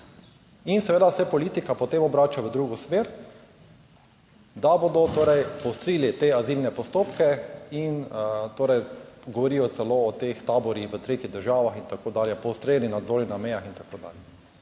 In seveda se politika, potem obrača v drugo smer: da bodo torej poostrili te azilne postopke in torej govorijo celo o teh taborih v tretjih državah in tako dalje, poostreni nadzor na mejah in tako dalje.